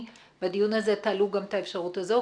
בדיון הזה תעלו גם את האפשרות הזו,